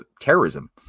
terrorism